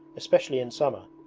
especially in summer.